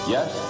Yes